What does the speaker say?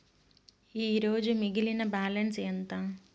ఈరోజు మిగిలిన బ్యాలెన్స్ ఎంత?